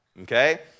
okay